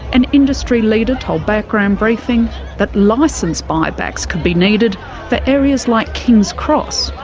an industry leader told background briefing that licence buybacks could be needed for areas like kings cross,